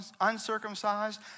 uncircumcised